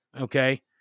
okay